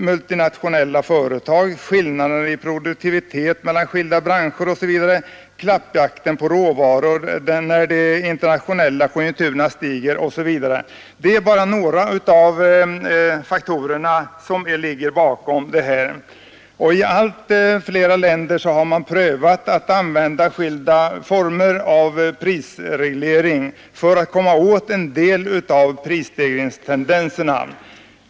Multinationella företag, skillnader i produktivitet mellan olika branscher, klappjakt på råvaror när de internationella konjunkturerna stiger osv. är bara några av de faktorer som ligger bakom prisstegringarna. I allt fler länder har man prövat att använda skilda former av prisreglering för att komma åt en del av prisstegringstendenserna.